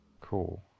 cool